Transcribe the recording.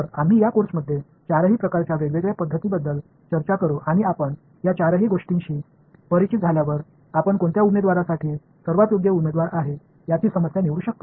तर आम्ही या कोर्समध्ये चारही प्रकारच्या वेगवेगळ्या पद्धतींबद्दल चर्चा करू आणि आपण या चारही गोष्टींशी परिचित झाल्यावर आपण कोणत्या उमेदवारासाठी सर्वात योग्य उमेदवार आहे याची समस्या निवडू शकता